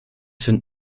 sind